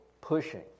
pushing